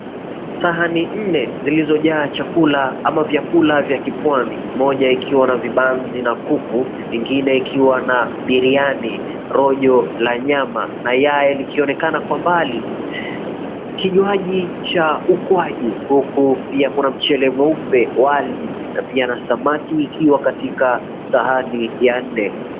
Sahani nne zilizojaa chakula ama vyakula vya kipwani moja ikiwa na vibazi na kuku, ingine ikiwa na biryani, rojo na nyama na yai likionekana kwa mbali. Kinywanji cha ukwaju, uku pia kuna mchele mweupe wali na pia na samaki ikiwa katika sahani ya nne.